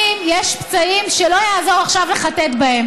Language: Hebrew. היא נעשתה במח"ש, ופרקליט המדינה